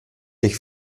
dich